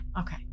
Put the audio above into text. okay